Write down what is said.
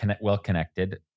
Well-connected